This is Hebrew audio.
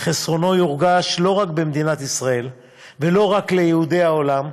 וחסרונו יורגש לא רק במדינת ישראל ולא רק ליהודי העולם,